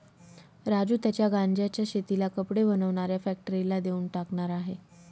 राजू त्याच्या गांज्याच्या शेतीला कपडे बनवणाऱ्या फॅक्टरीला देऊन टाकणार आहे